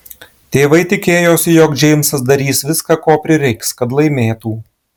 tėvai tikėjosi jog džeimsas darys viską ko prireiks kad laimėtų